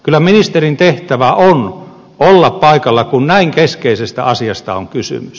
kyllä ministerin tehtävä on olla paikalla kun näin keskeisestä asiasta on kysymys